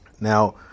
Now